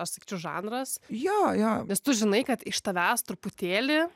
aš sakyčiau žanras jo jo tu žinai kad iš tavęs truputėlį